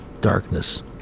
darkness